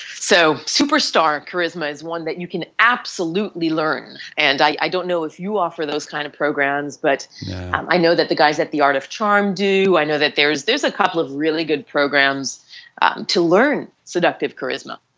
so superstar charisma is one that you can absolutely learn and i don't know if you offer those kind of programs, but i know that the guys at the art of charm do, i know that there is there is a couple of really good programs to learn seductive charisma